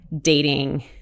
dating